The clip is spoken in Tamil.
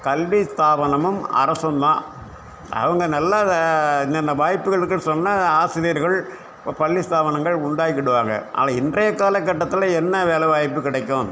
கல்வி ஸ்தாபனமும் அரசும் தான் அவங்க நல்லா இன்னன்ன வாய்ப்புகள் இருக்குதுனு சொன்னா ஆசிரியர்கள் பள்ளி ஸ்தாபனங்கள் உண்டாக்கிடுவாங்க ஆனால் இன்றைய காலகட்டத்தில் என்ன வேலைவாய்ப்பு கிடைக்கும்